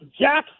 Jackson